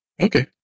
Okay